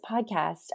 podcast